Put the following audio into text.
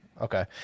Okay